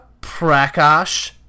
prakash